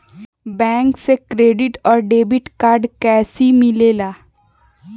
Bank से credit और debit card कैसी मिलेला?